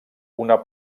una